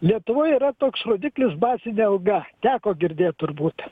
lietuvoj yra toks rodiklis bazinė alga teko girdėt turbūt